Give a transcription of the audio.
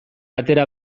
atera